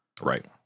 Right